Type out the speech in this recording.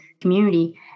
community